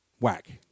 whack